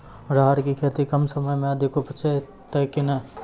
राहर की खेती कम समय मे अधिक उपजे तय केना?